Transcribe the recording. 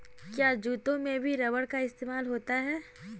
क्या जूतों में भी रबर का इस्तेमाल होता है?